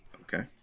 Okay